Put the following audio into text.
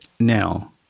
Now